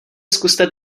zkuste